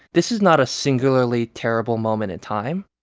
this is not a singularly terrible moment in time